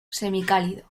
semicálido